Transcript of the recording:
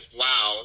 wow